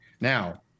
Now